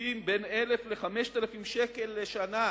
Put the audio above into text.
שמוסיפים בין 1,000 ל-5,000 שקלים לשנה